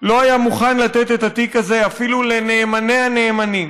לא היה מוכן לתת את התיק הזה אפילו לנאמני הנאמנים.